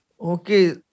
Okay